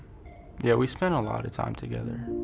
yeah we spent a lot of time together.